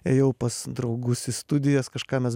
ėjau pas draugus į studijas kažką mes